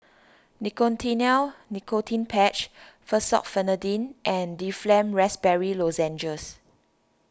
Nicotinell Nicotine Patch Fexofenadine and Difflam Raspberry Lozenges